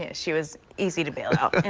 ah she was easy to bail out.